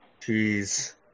Jeez